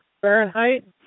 Fahrenheit